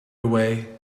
away